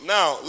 Now